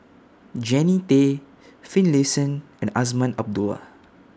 Jannie Tay Finlayson and Azman Abdullah